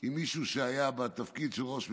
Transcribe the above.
עם מישהו שהיה בתפקיד של ראש ממשלה,